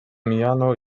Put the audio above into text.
mijano